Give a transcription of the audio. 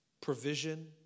provision